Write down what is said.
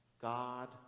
God